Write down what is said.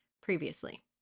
previously